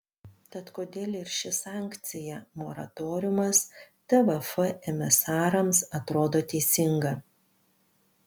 tad kodėl ir ši sankcija moratoriumas tvf emisarams atrodo teisinga